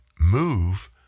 move